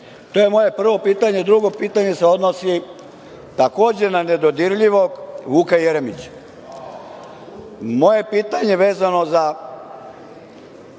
To je moje prvo pitanje. Drugo pitanje se odnosi takođe na nedodirljivog Vuka Jeremića. Moje pitanje, vezano za